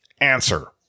answer